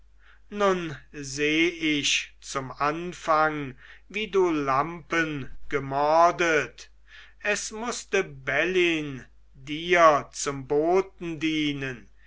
nun seh ich zum anfang wie du lampen gemordet es mußte bellyn dir zum boten dienen